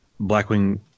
Blackwing